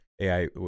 AI